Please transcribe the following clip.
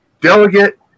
delegate